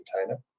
container